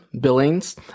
Billings